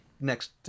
next